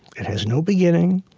it has no beginning,